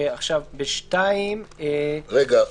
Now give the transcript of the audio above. מקובל עליכם להוסיף פה "ויחולו הוראות